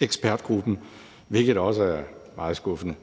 ekspertgruppen, hvilket også er meget skuffende.